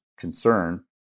concern